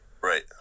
right